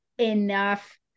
enough